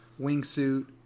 wingsuit